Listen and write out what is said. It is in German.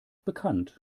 bekannt